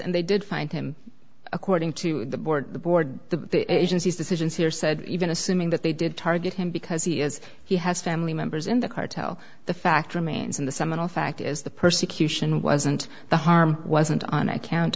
and they did find him according to the board the board the agency's decisions here said even assuming that they did target him because he is he has family members in the cartel the fact remains in the seminal fact is the persecution wasn't the harm wasn't on account